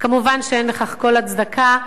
כמובן אין לכך כל הצדקה.